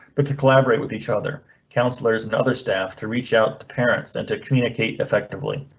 but to collaborate with each other counselors and other staff to reach out to parents and to communicate effectively.